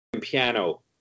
piano